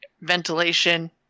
ventilation